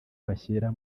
bashyira